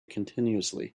continuously